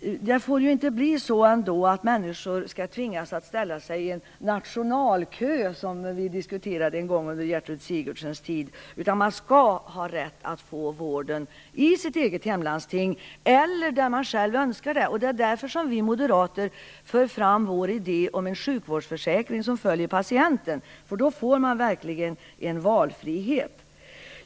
Det får inte bli så att människor tvingas ställa sig i en nationalkö, något som vi diskuterade en gång under Gertrud Sigurdsens tid. Man skall ha rätt att få vården i sitt eget hemlandsting eller där man själv önskar det. Det är därför vi moderater för fram vår idé om en sjukvårdsförsäkring som följer patienten. Då får man verkligen valfrihet.